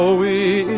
we